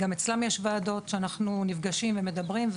גם אצלם יש ועדות שאנחנו נפגשים ומדברים.